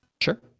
Sure